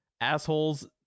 assholes